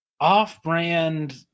off-brand